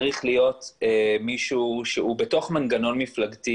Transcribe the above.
צריך להיות מישהו שהוא בתוך מנגנון מפלגתי